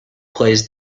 plays